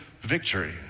victory